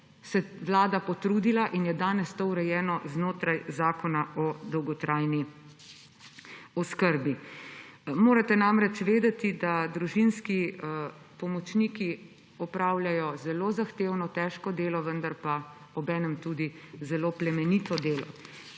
je vlada potrudila in je danes to urejeno znotraj zakona o dolgotrajni oskrbi. Morate namreč vedeti, da družinski pomočniki opravljajo zelo zahtevno, težko delo, vendar pa obenem zelo plemenito delo.